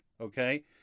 okay